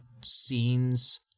scenes